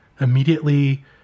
immediately